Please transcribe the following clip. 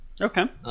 Okay